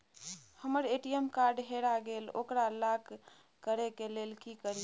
हमर ATM card हेरा गेल ओकरा लॉक करै के लेल की करियै?